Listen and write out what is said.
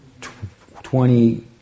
twenty